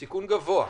סיכון גבוה,